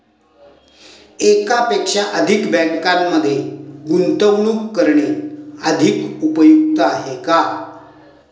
एकापेक्षा अधिक बँकांमध्ये गुंतवणूक करणे अधिक उपयुक्त आहे का?